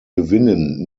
gewinnen